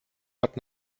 hat